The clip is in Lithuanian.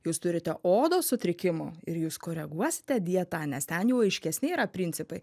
jūs turite odos sutrikimų ir jūs koreguosite dieta nes ten jau aiškesni yra principai